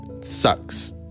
Sucks